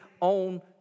on